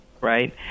right